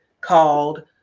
called